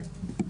כן,